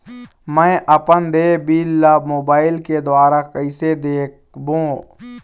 मैं अपन देय बिल ला मोबाइल के द्वारा कइसे देखबों?